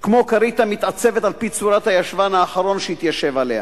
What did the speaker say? כמו כרית המתעצבת על-פי צורת הישבן האחרון שהתיישב עליה.